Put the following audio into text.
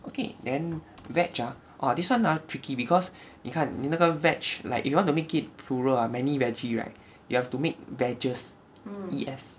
okay and veggie ah !wah! this one ah tricky because 你看你那个 veg like if you want to make it plural ah many veggie right you have to make veggies E S